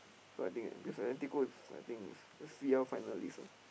so I think bes~ Atletico is I think is is C_L finalist ah